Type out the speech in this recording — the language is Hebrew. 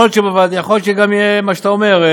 יכול להיות שגם יהיה מה שאתה אומר,